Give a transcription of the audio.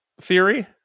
theory